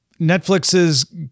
Netflix's